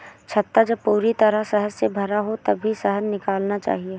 छत्ता जब पूरी तरह शहद से भरा हो तभी शहद निकालना चाहिए